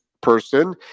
person